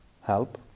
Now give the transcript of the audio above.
Help